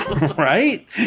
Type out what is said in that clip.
Right